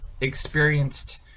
experienced